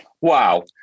Wow